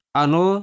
ano